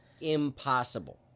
Impossible